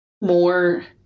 more